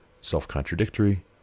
self-contradictory